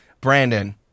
Brandon